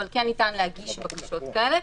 אבל כן ניתן להגיש בקשות כאלה.